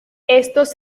estos